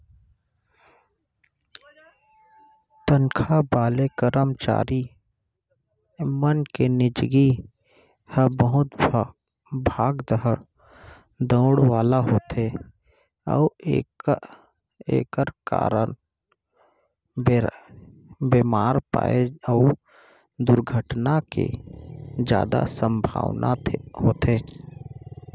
तनखा वाले करमचारी मन के निजगी ह बहुत भाग दउड़ वाला होथे अउ एकर कारन बेमार परे अउ दुरघटना के जादा संभावना होथे